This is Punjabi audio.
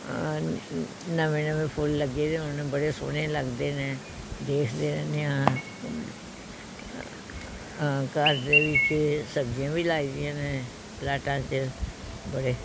ਨਵੇਂ ਨਵੇਂ ਫੁੱਲ ਲੱਗੇ ਵੇ ਹੋਣ ਬੜੇ ਸੋਹਣੇ ਲੱਗਦੇ ਨੇ ਦੇਖਦੇ ਰਹਿੰਦੇ ਹਾਂ ਘਰ ਦੇ ਵਿੱਚ ਸਬਜ਼ੀਆਂ ਵੀ ਲਾਈਦੀਆਂ ਨੇ ਪਲਾਟਾ 'ਚ ਬੜੇ